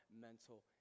mental